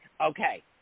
Okay